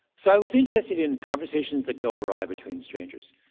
so i was interested in conversations that go awry between strangers.